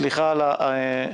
סליחה על הדוחק.